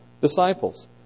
disciples